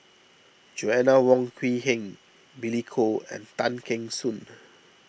Joanna Wong Quee Heng Billy Koh and Tay Kheng Soon